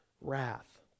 wrath